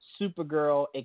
Supergirl